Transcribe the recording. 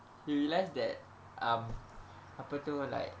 he realise that um apa tu to like